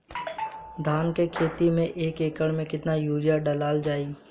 धान के खेती में एक एकड़ में केतना यूरिया डालल जाई?